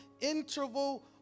interval